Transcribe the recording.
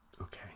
Okay